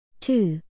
Two